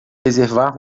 reservar